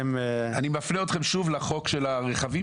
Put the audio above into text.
אני שוב מפנה אתכם לחוק של הרכבים,